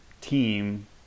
team